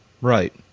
right